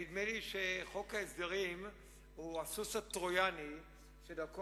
נדמה לי שחוק ההסדרים הוא הסוס הטרויאני שדרכו